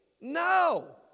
No